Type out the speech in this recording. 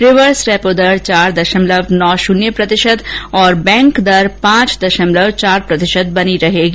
reverse repo दर चार दशमलव नौ शून्य प्रतिशत और बैंक दर पांच दशमलव चार शून्य प्रतिशत बनी रहेगी